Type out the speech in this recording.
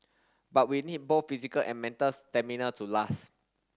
but we need both physical and mental stamina to last